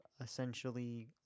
essentially